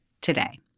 today